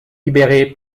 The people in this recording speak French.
libéré